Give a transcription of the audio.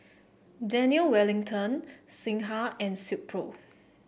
Daniel Wellington Singha and Silkpro